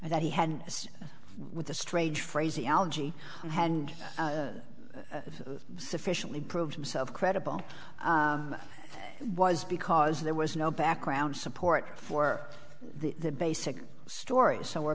that he had as with a strange phraseology and sufficiently proved himself credible was because there was no background support for the basic story so we're